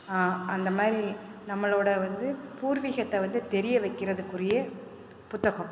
அந்தமாதிரி நம்மளோடய வந்து பூர்விகத்தை வந்து தெரிய வைக்கிறதுக்குரிய புத்தகம்